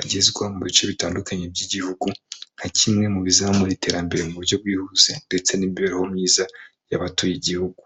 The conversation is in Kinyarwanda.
agezwa mu bice bitandukanye by'igihugu, nka kimwe mu bizamura iterambere mu buryo bwihuse ndetse n'imibereho myiza y'abatuye igihugu.